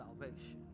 salvation